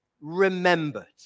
remembered